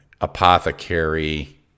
apothecary